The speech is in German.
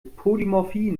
polymorphie